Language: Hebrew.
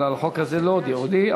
על החוק הזה לא הודיעו לי.